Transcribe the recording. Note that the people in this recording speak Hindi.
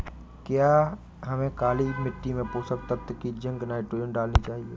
क्या हमें काली मिट्टी में पोषक तत्व की जिंक नाइट्रोजन डालनी चाहिए?